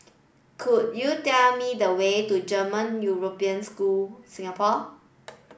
could you tell me the way to German European School Singapore